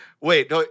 Wait